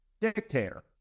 dictator